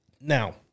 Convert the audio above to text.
now